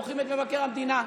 בוחרים את מבקר המדינה,